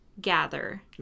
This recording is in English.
gather